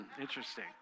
interesting